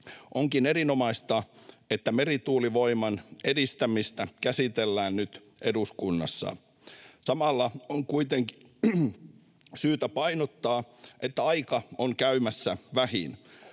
Onkin erinomaista, että merituulivoiman edistämistä käsitellään nyt eduskunnassa. Samalla on kuitenkin syytä painottaa, että aika on käymässä vähiin.